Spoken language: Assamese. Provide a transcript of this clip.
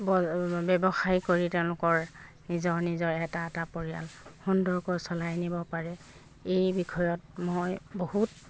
ব্যৱসায় কৰি তেওঁলোকৰ নিজৰ নিজৰ এটা এটা পৰিয়াল সুন্দৰকৈ চলাই নিব পাৰে এই বিষয়ত মই বহুত